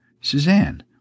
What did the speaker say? Suzanne